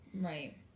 Right